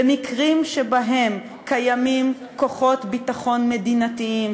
במקרים שבהם קיימים כוחות ביטחון מדינתיים,